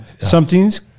something's